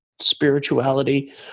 spirituality